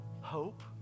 Hope